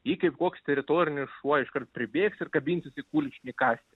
ji kaip koks teritorinis šuo iškart pribėgs ir kabinsis į kulkšnį kąsti